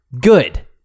good